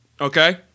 okay